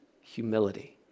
humility